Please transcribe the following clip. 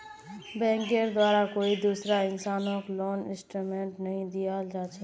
बैंकेर द्वारे कोई दूसरा इंसानक लोन स्टेटमेन्टक नइ दिखाल जा छेक